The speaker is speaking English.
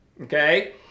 okay